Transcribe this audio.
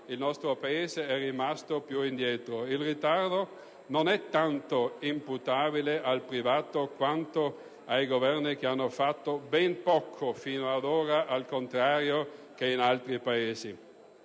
il nostro Paese è rimasto più indietro. Il ritardo non è tanto imputabile al privato quanto ai Governi, che hanno fatto ben poco fino ad ora, al contrario che in altri Paesi.